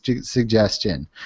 suggestion